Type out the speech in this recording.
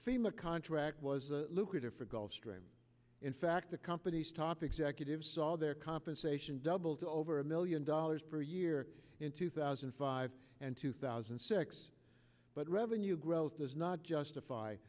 fema contract was a lucrative for gulf stream in fact the company's top executives saw their compensation doubled to over a million dollars per year in two thousand and five and two thousand and six but revenue growth does not justify